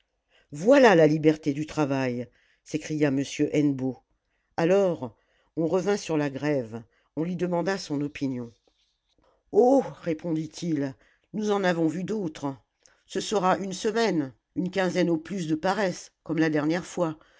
voilà la liberté du travail s'écria m hennebeau alors on revint sur la grève on lui demanda son opinion oh répondit-il nous en avons vu d'autres ce sera une semaine une quinzaine au plus de paresse comme la dernière fois